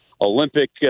Olympic